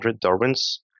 Darwin's